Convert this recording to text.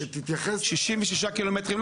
66 קילומטרים.